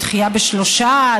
"דחייה בשלושה",